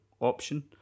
option